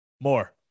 more